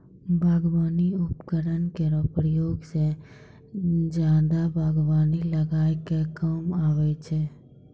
बागबानी उपकरन केरो प्रयोग सें जादा बागबानी लगाय क काम आबै छै